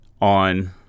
on